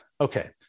Okay